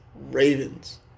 Ravens